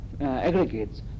aggregates